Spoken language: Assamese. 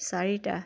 চাৰিটা